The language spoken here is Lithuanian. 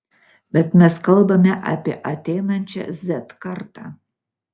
bet mes kalbame apie ateinančią z kartą